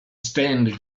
stained